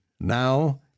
now